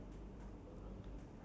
ya of course